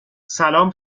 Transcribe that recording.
سلام